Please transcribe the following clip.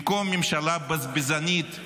במקום ממשלה בזבזנית,